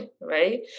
right